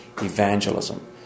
Evangelism